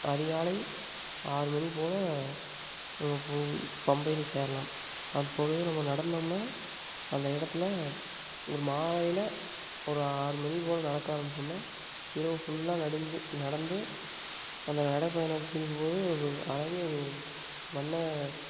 அதிகாலை ஆறு மணி போல பு பம்பையில் சேரலாம் அப்பொழுது நம்ம நடந்தோம்ன்னால் அந்த இடத்துல ஒரு மாலையில் ஒரு ஆறு மணி போல நடக்க ஆரமிச்சோம்ன்னால் இரவு ஃபுல்லாக நடிஞ்சி நடந்து அந்த நடைப்பயணத்தின்போது அழகிய வண்ண